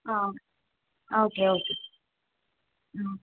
ಹಾಂ okay okay okay ಹ್ಞೂ